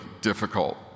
difficult